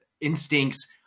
instincts